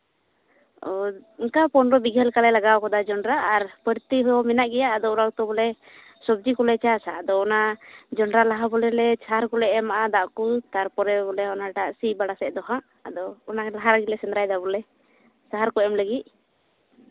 ᱚᱱᱠᱟ ᱯᱚᱱᱨᱚ ᱵᱤᱜᱷᱟᱹ ᱞᱮᱠᱟᱞᱮ ᱞᱟᱜᱟᱣ ᱠᱟᱫᱟ ᱡᱚᱱᱰᱨᱟ ᱟᱨ ᱵᱟᱹᱲᱛᱤ ᱦᱚᱸ ᱢᱮᱱᱟᱜ ᱜᱮᱭᱟ ᱟᱫᱚ ᱚᱱᱟ ᱜᱮᱛᱚ ᱵᱚᱞᱮ ᱥᱚᱵᱡᱤ ᱠᱚᱞᱮ ᱪᱟᱥᱼᱟ ᱟᱫᱚ ᱚᱱᱟ ᱡᱚᱱᱰᱨᱟ ᱞᱟᱦᱟ ᱵᱚᱞᱮ ᱞᱮ ᱥᱟᱨ ᱠᱚᱞᱮ ᱮᱢ ᱟᱜᱼᱟ ᱫᱟᱜ ᱠᱚ ᱛᱟᱨᱯᱚᱨᱮ ᱵᱚᱞᱮ ᱚᱱᱟ ᱛᱟᱨᱟᱥᱤᱧ ᱵᱮᱲᱟ ᱫᱚ ᱦᱟᱜ ᱚᱱᱟ ᱞᱟᱦᱟ ᱜᱮᱞᱮ ᱥᱮᱸᱫᱽᱨᱟᱭᱫᱟ ᱵᱚᱞᱮ ᱥᱟᱨ ᱠᱚ ᱮᱢ ᱞᱟᱹᱜᱤᱫ